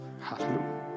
Hallelujah